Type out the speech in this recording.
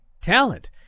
talent